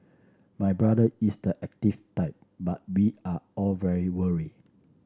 my brother is the active type but we are all very worried